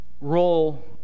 role